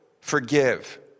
forgive